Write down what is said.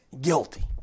guilty